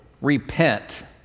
repent